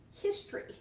history